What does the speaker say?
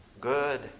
good